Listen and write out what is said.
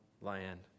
land